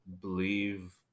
believe